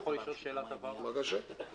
אני יכול לשאול שאלת הבהרה,